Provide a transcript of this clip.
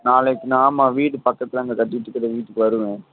நாளைக்கு நாம் வீடு பக்கத்தில் அங்கே கட்டிட்டுக்கிற வீட்டுக்கு வருவேன்